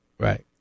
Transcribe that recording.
Right